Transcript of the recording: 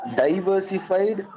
diversified